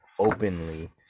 openly